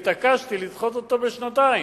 התעקשתי לדחות אותו בשנתיים.